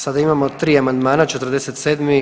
Sada imamo 3 amandmana, 47.